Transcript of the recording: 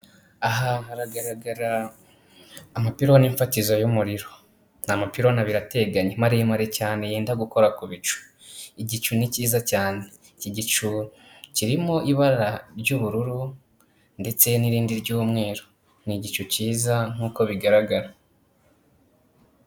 Aha haragaragara amapironi mfatizo y'umuriro, ni amapironi abiri ateganye maremare cyane yenda gukora ku bicu, igicu ni cyiza cyane, iki gicu kirimo ibara ry'ubururu ndetse n'irindi ry'umweru ni igicu cyiza nk'uko bigaragara.